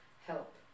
help